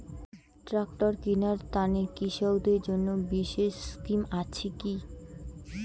Tractor কিনার তানে কৃষকদের জন্য বিশেষ স্কিম আছি কি?